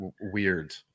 weird